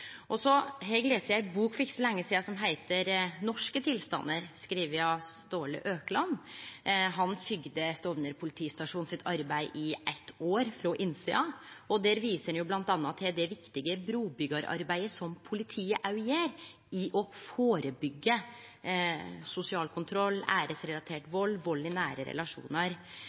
ikkje så lenge sidan, som heiter «Norske tilstander», skriven av Ståle Økland. Han følgde arbeidet til Stovner politistasjon i eitt år frå innsida, og der viser han bl.a. til det viktige brubyggjararbeidet som politiet gjer i å førebyggje sosial kontroll, æresrelatert vald, vald i nære relasjonar.